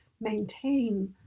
maintain